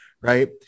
right